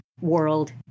world